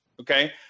okay